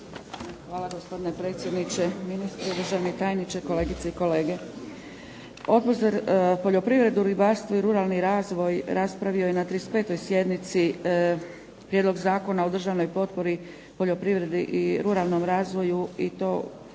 Hvala gospodine predsjedniče, ministri, državni tajniče, kolegice i kolege. Odbor za poljoprivredu, ribarstvo i ruralni razvoj raspravio je na 35. sjednici prijedlog Zakona o državnoj potpori poljoprivredi i ruralnom razvoju i to kao